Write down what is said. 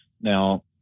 Now